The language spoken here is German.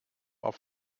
auf